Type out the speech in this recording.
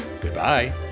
Goodbye